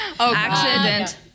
Accident